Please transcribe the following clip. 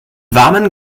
warmen